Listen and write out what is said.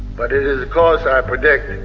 but it is a cause i predict